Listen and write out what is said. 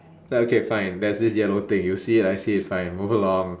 okay fine there's this yellow thing you see it I see it fine move along